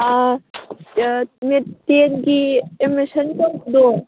ꯇꯦꯟꯒꯤ ꯑꯦꯗꯃꯤꯁꯟ ꯇꯧꯕꯗꯣ